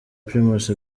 primus